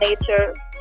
nature